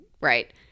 Right